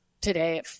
today